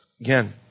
Again